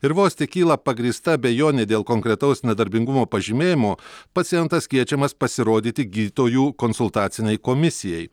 ir vos tik kyla pagrįsta abejonė dėl konkretaus nedarbingumo pažymėjimo pacientas kviečiamas pasirodyti gydytojų konsultacinei komisijai